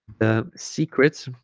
the secrets